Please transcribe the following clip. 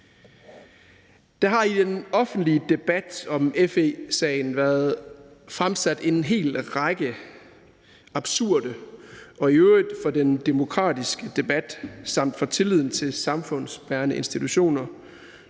Der har i den offentlige debat om FE-sagen været fremsat en hel række absurde og i øvrigt for den demokratiske debat samt for tilliden til samfundsbærende institutioner